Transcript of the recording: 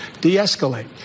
de-escalate